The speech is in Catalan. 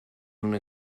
una